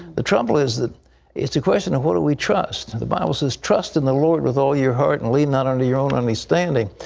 the trouble is that it's a question of what do we trust? and the bible says, trust in the lord with all your heart and lean not unto your own understanding.